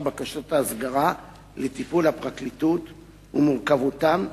בקשות ההסגרה לטיפול הפרקליטות ומורכבותן,